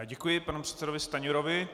Děkuji panu předsedovi Stanjurovi.